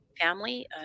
family